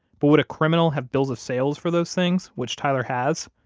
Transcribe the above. but would a criminal have bills of sales for those things? which tyler has,